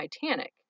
Titanic